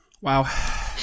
wow